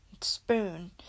spoon